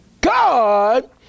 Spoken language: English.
God